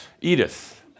Edith